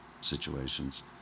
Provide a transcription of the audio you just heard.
situations